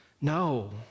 no